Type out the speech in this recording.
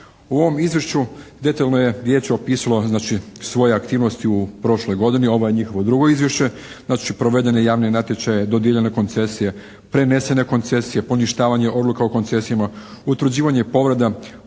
U ovom izvješću detaljno je Vijeće opisalo znači svoje aktivnosti u prošloj godini. Ovo je njihovo drugo izvješće. Znači, provedene javne natječaje, dodijeljene koncesije, prenesene koncesije, poništavanje odluka o koncesijama, utvrđivanje povreda